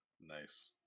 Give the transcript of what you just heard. Nice